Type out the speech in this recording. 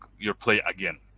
your play again.